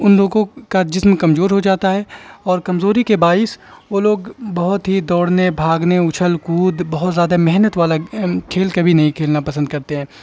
ان لوگوں کا جسم کمزور ہو جاتا ہے اور کمزوری کے باعث وہ لوگ بہت ہی دوڑنے بھاگنے اچھل کود بہت زیادہ محنت والا کھیل کبھی نہیں کھیلنا پسند کرتے ہیں